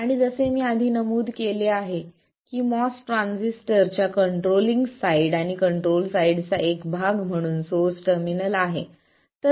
आणि जसे मी आधी नमूद केले आहे की MOS ट्रान्झिस्टरच्या कंट्रोलिंग साइड आणि कंट्रोल साइड चा एक भाग म्हणून सोर्स टर्मिनल आहे